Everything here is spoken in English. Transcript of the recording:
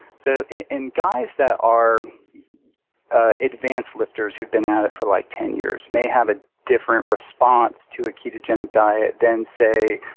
so, and guys that are advanced lifters who've been at it for, like, ten years may have a different response to a ketogenic diet than, say,